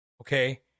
Okay